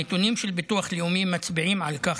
הנתונים של ביטוח לאומי מצביעים על כך